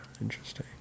Interesting